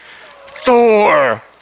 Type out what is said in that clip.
Thor